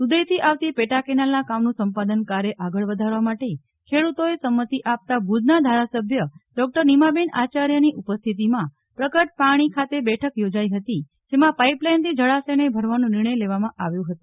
દુધઈથી આવતી પેટા કેનાલના કામનું સંપાદન કાર્ય આગળ વધારવા માટે ખેડૂતોએ સંમતિ આપતા ભુજના ધારાસભ્ય ડોકટર નિમાબેન આચાર્યની ઉપસ્થિતિમાં પ્રગટ પાણી ખાતે બેઠક યોજાઈ હતી જેમાં પાઈપલાઈનથી જળાશયને ભરવાનો નિર્ણય લેવામાં આવ્યો હતો